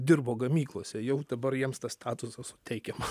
dirbo gamyklose jau dabar jiems tas statusas suteikiama